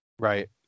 Right